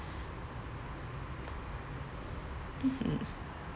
mmhmm